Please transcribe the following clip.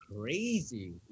crazy